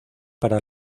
para